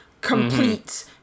complete